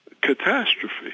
catastrophe